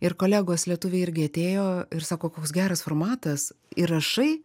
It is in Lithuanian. ir kolegos lietuviai irgi atėjo ir sako koks geras formatas ir rašai